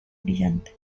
brillantes